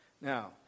Now